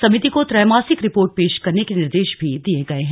समिति को त्रैमासिक रिपोर्ट पेश करने के निर्देश भी दिए गये हैं